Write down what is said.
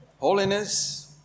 Holiness